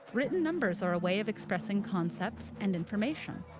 written numbers are a way of expressing concepts and information.